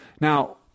Now